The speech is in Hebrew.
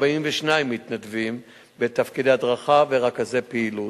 42 מתנדבים בתפקידי הדרכה ורכזי פעילות.